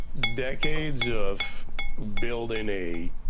decades of building a